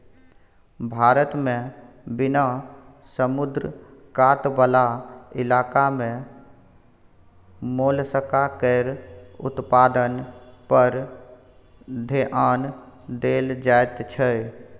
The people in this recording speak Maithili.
भारत मे बिना समुद्र कात बला इलाका मे मोलस्का केर उत्पादन पर धेआन देल जाइत छै